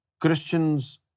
Christians